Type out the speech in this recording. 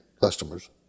customers